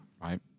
right